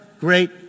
great